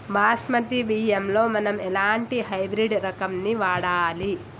బాస్మతి బియ్యంలో మనం ఎలాంటి హైబ్రిడ్ రకం ని వాడాలి?